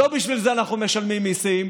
לא בשביל זה אנחנו משלמים מיסים.